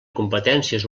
competències